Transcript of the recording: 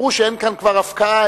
אמרו שאין כאן כבר הפקעה,